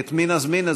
את מי נזמין?